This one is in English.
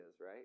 right